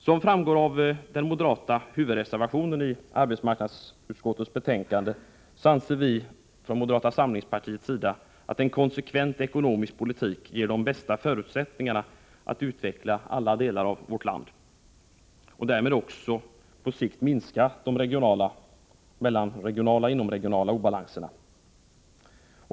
Som framgår av den moderata huvudreservationen i arbetsmarknadsutskottets betänkande, anser vi från moderata samlingspartiet att en konsekvent ekonomisk politik ger de bästa förutsättningarna för att utveckla alla delar av vårt land. Därmed kunde man på sikt minska de inomregionala obalanserna.